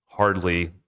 Hardly